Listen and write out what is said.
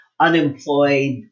unemployed